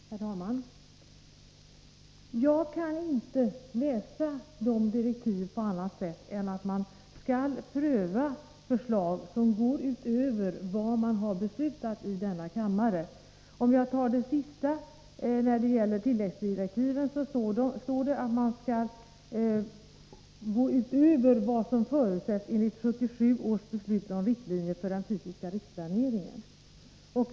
Herr talman! Jag kan inte läsa direktiven på annat sätt än att man skall pröva förslag som går utöver vad som har beslutats i denna kammare. När det gäller tilläggsdirektiven står det att man skall gå utöver vad som förutsätts enligt 1977 års beslut om riktlinjer för den fysiska riksplaneringen.